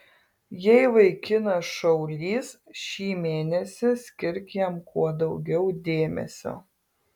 jei vaikinas šaulys šį mėnesį skirk jam kuo daugiau dėmesio